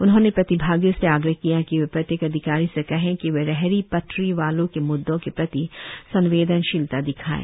उन्होंने प्रतिभागियों से आग्रह किया कि वे प्रत्येक अधिकारी से कहें कि वे रेहडी पटरी वालों के मुद्दों के प्रति संवेदनशीलता दिखाएं